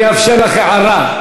אני אאפשר לך הערה.